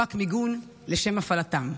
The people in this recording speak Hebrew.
סופק מיגון לשם הפעלתן.